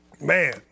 Man